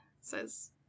says